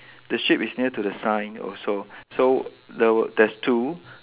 the sheep is near to the sign also so there were there's two